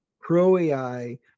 pro-AI